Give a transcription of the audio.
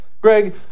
Greg